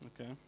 Okay